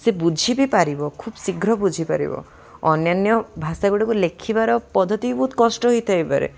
ସେ ବୁଝି ବି ପାରିବ ଖୁବ ଶୀଘ୍ର ବୁଝିପାରିବ ଅନ୍ୟାନ୍ୟ ଭାଷା ଗୁଡ଼ିକୁ ଲେଖିବାର ପଦ୍ଧତି ବହୁତ କଷ୍ଟ ହେଇଥାଇପାରେ